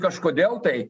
kažkodėl tai